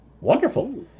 Wonderful